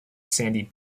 sandy